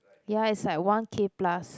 ya it's like one K plus